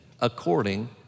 according